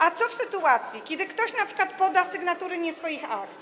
A co w sytuacji, kiedy ktoś np. poda sygnatury nie swoich akt?